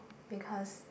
because